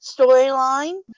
storyline